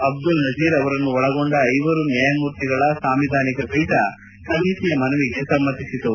ಅಬ್ದುಲ್ ನಜೀರ್ ಅವರನ್ನು ಒಳಗೊಂಡ ಐವರು ನ್ನಾಯಮೂರ್ತಿಗಳ ಸಾಂವಿಧಾನಿಕ ಪೀಠ ಸಮಿತಿಯ ಮನವಿಗೆ ಸಮ್ಮತಿಸಿತು